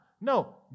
No